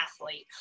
athlete